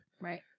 right